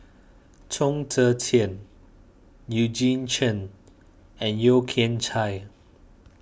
Chong Tze Chien Eugene Chen and Yeo Kian Chye